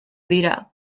dira